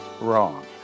wrong